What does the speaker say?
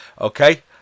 okay